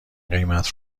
قیمت